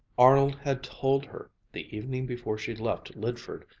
arnold had told her, the evening before she left lydford,